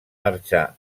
marxar